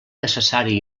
necessari